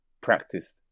practiced